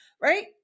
Right